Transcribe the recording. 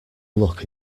look